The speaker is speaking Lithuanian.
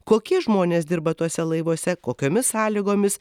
kokie žmonės dirba tuose laivuose kokiomis sąlygomis